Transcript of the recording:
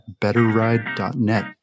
betterride.net